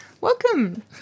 Welcome